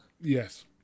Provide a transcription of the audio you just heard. Yes